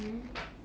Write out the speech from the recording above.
mm